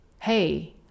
Hey